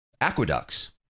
aqueducts